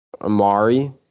Amari